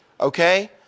Okay